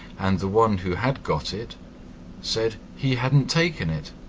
and the one who had got it said he hadn't taken it.